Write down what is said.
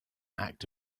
act